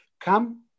come